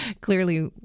Clearly